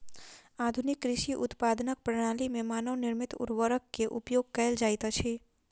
आधुनिक कृषि उत्पादनक प्रणाली में मानव निर्मित उर्वरक के उपयोग कयल जाइत अछि